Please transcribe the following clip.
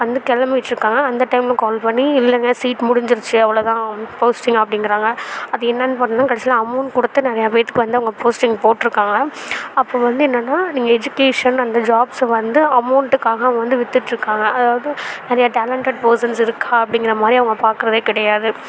வந்து கிளம்பிட்டுருக்காங்க அந்த டைமில் கால் பண்ணி இல்லைங்க சீட் முடிஞ்சிருச்சு அவ்வளதான் போஸ்டிங்காக அப்படிங்கிறாங்க அது என்னனு பார்த்தனா கடைசில அமௌண்ட் கொடுத்து நிறையா பேர்த்துக்கு வந்து அவங்க போஸ்டிங் போட்டுருக்காங்க அப்போ வந்து என்னன்னா நீங்கள் எஜிகேஷன் அந்த ஜாப்ஸ் வந்து அமௌண்ட்காக வந்து விற்றுட்ருக்காங்க அதாவது நிறையா டேலன்டட் ஃபர்ஷன்ஸ் இருக்கா அப்படிங்கிறமாரி அவங்க பார்க்குறதே கிடையாது